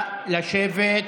נא לשבת.